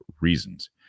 reasons